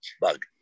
bug